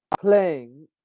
playing